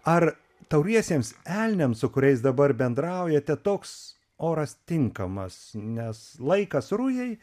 ar tauriesiems elniams su kuriais dabar bendraujate toks oras tinkamas nes laikas rujai